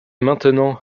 maintenant